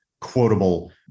quotable